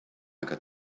got